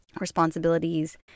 responsibilities